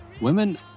women